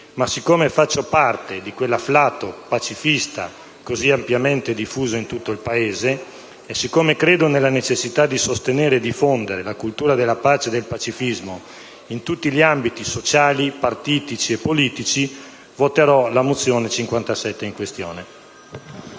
ma siccome sono parte di quell'afflato pacifista così ampiamente diffuso in tutto il Paese e siccome credo nella necessità di sostenere e di diffondere la cultura della pace e del pacifismo in tutti gli ambiti sociali, partitici e politici, voterò a favore della mozione